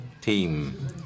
team